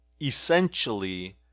essentially